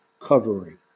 covering